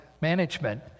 management